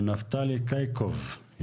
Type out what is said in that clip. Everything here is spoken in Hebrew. נפתלי קאייקוב,